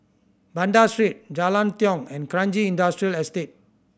Banda Street Jalan Tiong and Kranji Industrial Estate